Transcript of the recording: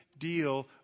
deal